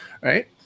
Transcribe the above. right